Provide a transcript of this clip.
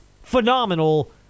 phenomenal